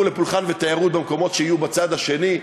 לפולחן ותיירות במקומות שיהיו בצד השני,